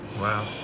Wow